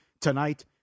tonight